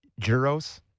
Juros